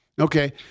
Okay